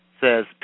says